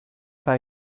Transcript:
pas